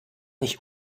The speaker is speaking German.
nicht